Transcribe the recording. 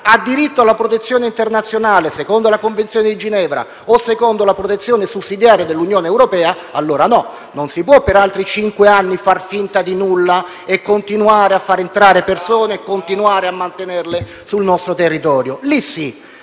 ha diritto alla protezione internazionale secondo la Convenzione di Ginevra o secondo la protezione sussidiaria dell'Unione europea, allora no, non si può per altri cinque anni far finta di nulla e continuare a far entrare persone e mantenerle sul nostro territorio. Lì sì